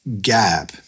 gap